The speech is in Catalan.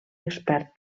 expert